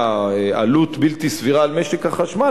עלות בלתי סבירה על משק החשמל,